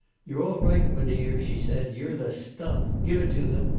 you're all right, m'dear, she said. you're the stuff. give it to them.